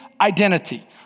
identity